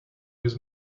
was